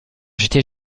j’étais